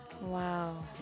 wow